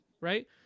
right